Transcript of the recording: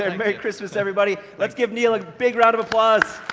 and merry christmas, everybody. let's give neil a big round of applause.